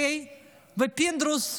ופינדרוס,